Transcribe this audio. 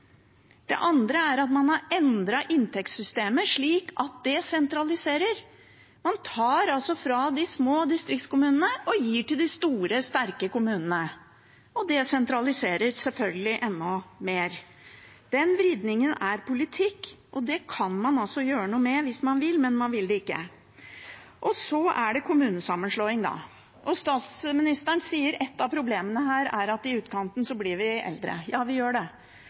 Det andre er at man har endret inntektssystemet slik at det sentraliserer. Man tar fra de små distriktskommunene og gir til de store, sterke kommunene, og det sentraliserer selvfølgelig enda mer. Den vridningen er politikk, og det kan man gjøre noe med hvis man vil, men man vil det ikke. Så er det kommunesammenslåing. Statsministeren sier at et av problemene her er at i utkanten blir vi eldre. Ja, vi gjør det,